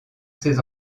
ses